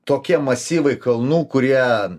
tokie masyvai kalnų kurie